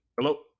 Hello